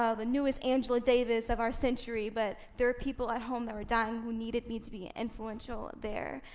ah the newest angela davis of our century, but there are people at home that were dying who needed me to be influential there.